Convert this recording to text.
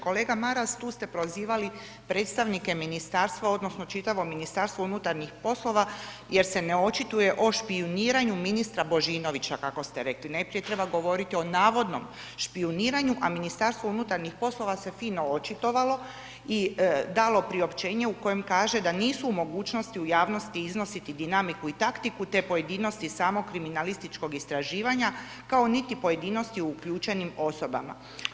Kolega Maras tu ste prozivali predstavnike ministarstva, odnosno, čitavo ministarstvo unutarnjih poslova, jer se ne očituje o špijuniranju ministra Božinovića kako ste rekli, najprije treba govoriti o navodnom špijuniranju, a Ministarstvo unutarnjih poslova se fino očitovalo i dalo priopćenje u kojem kaže, da nisu u mogućnosti u javnosti iznositi dinamiku i taktiku te pojedinosti samog kriminalističkog istraživanja, kao niti pojedinosti uključenih osoba.